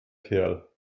kerl